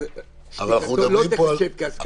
אז שתיקתו לא תיחשב כהסכמה.